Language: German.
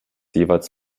jeweils